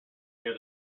near